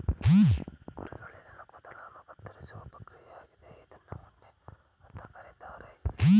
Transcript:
ಕುರಿಗಳಲ್ಲಿನ ಕೂದಲುಗಳನ್ನ ಕತ್ತರಿಸೋ ಪ್ರಕ್ರಿಯೆ ಆಗಿದೆ ಇದ್ನ ಉಣ್ಣೆ ಅಂತ ಕರೀತಾರೆ